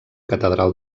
catedral